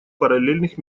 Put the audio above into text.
параллельных